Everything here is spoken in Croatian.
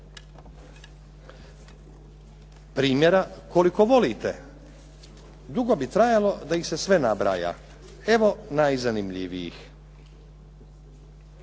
Primjera koliko volite. Dugo bi trajalo da ih se sve nabraja. Evo najzanimljivijih.